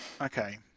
okay